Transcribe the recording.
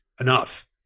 Enough